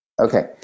Okay